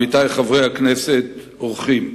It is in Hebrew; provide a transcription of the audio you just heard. עמיתי השרים, חברי הכנסת, אורחים,